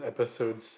Episode